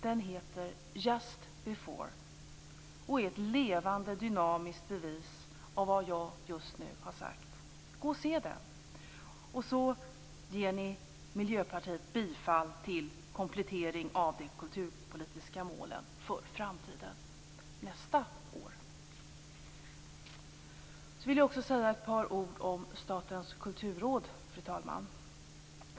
Den heter Just before, och är ett levande dynamiskt bevis på vad jag just nu har sagt. Gå och se den! Och så ger ni Miljöpartiet bifall till komplettering av de kulturpolitiska målen för framtiden nästa år. Så vill jag också säga ett par ord om Statens kulturråd, fru talman.